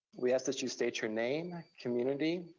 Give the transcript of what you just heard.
we ask that you state your name, community,